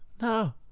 No